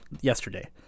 yesterday